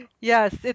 Yes